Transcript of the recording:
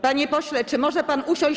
Panie pośle, czy może pan usiąść?